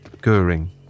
Goering